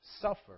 suffer